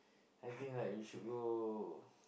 I think like we should go